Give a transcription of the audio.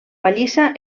pallissa